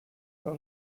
par